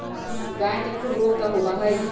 गाय के खुर रोग का होबा हई?